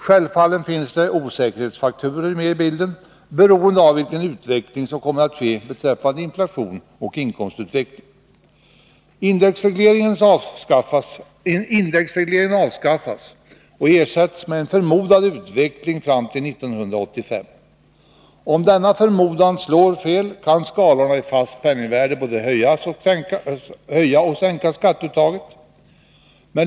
Självfallet finns det osäkerhetsfaktorer med i bilden beroende av vilken utveckling som kommer att ske beträffande inflation och inkomster. Indexregleringen avskaffas och ersätts med en förmodad utveckling fram till 1985. Om denna förmodan slår fel, kan skalorna i fast penningvärde både höja och sänka skatteuttaget.